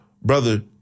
brother